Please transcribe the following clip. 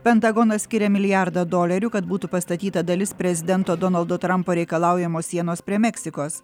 pentagonas skiria milijardą dolerių kad būtų pastatyta dalis prezidento donaldo trampo reikalaujamos sienos prie meksikos